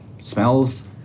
smells